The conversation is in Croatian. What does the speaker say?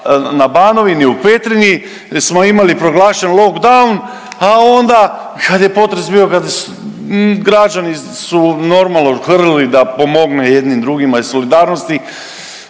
na Banovini u Petrinji smo imali proglašen lockdown, a onda kad je potrebe bio građani su normalno hrlili da pomogne jedni drugima iz solidarnosti.